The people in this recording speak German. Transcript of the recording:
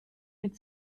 mit